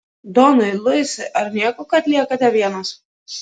donai luisai ar nieko kad liekate vienas